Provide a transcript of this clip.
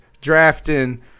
drafting